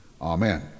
Amen